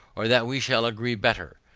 or that we shall agree better,